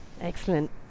Excellent